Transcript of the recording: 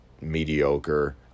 mediocre